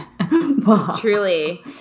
Truly